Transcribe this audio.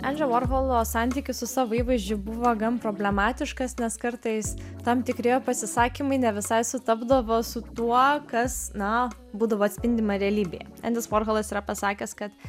endžio vorholo santykis su savo įvaizdžiu buvo gan problematiškas nes kartais tam tikri jo pasisakymai ne visai sutapdavo su tuo kas na būdavo atspindima realybė endis vorholas yra pasakęs kad